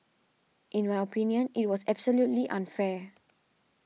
in my opinion it was absolutely unfair